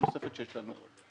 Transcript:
נוספת שיש לנו.